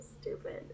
stupid